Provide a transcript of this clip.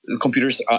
Computers